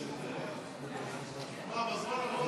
חוק לתיקון פקודת המשטרה (מס' 33),